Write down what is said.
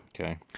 Okay